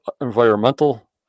environmental